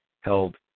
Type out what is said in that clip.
held